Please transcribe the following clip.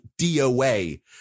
DOA